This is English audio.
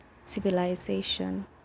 civilization